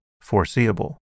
foreseeable